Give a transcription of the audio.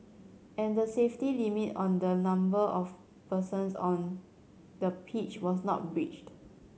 and the safety limit on the number of persons on the pitch was not breached